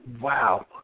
wow